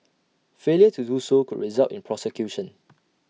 failure to do so could result in prosecution